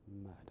murder